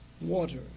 water